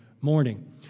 morning